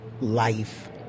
life